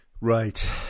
Right